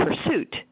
pursuit